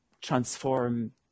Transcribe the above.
transform